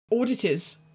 auditors